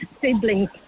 siblings